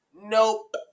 Nope